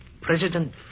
President